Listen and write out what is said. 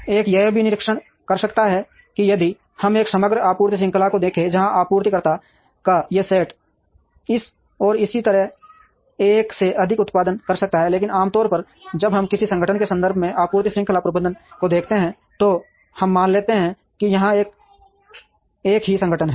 एक यह भी निरीक्षण कर सकता है कि यदि हम एक समग्र आपूर्ति श्रृंखला को देखें जहाँ आपूर्तिकर्ता का ये सेट इस और इसी तरह एक से अधिक उत्पादन कर सकता है लेकिन आमतौर पर जब हम किसी संगठन के संदर्भ से आपूर्ति श्रृंखला प्रबंधन को देखते हैं तो हम मान लेते हैं कि यहां एक ही संगठन है